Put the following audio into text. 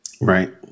Right